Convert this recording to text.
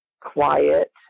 quiet